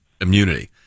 immunity